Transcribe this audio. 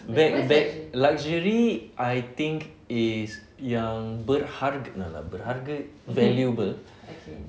beg-beg luxury I think is yang berharg~ tak lah berharga valuable